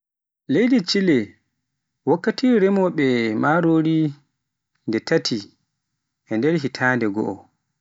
Leydi Chile wakkatire remowoobe marori nde tati hitande goo.